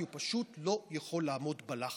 כי הוא פשוט לא יכול לעמוד בלחץ.